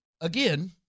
again